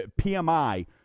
PMI